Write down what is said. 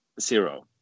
zero